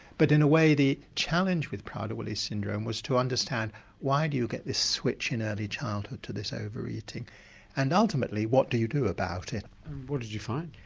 but in a way the challenge with prader-willi syndrome was to understand why do you get this switch in early childhood to this over-eating and ultimately, what do you do about it. and what did you find?